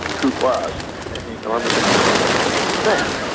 who was an enormously well-educated man.